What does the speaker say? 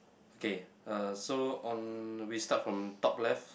okay uh so on we start from top left